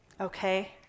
Okay